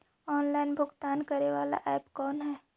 Online भुगतान करे बाला ऐप कौन है?